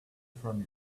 from